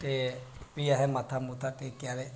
ते फ्ही असें मत्था टेकेआ ते